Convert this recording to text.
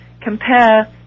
Compare